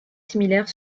similaires